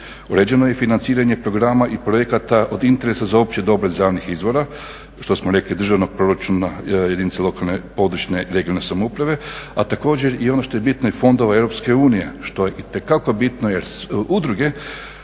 Uređeno je i financiranje programa i projekata od interesa za opće dobro iz javnih izvora, što smo rekli državnog proračuna, jedinica lokalne, područne (regionalne) samouprave, a također i ono što je bitno iz fondova EU što je itekako bitno jer udruge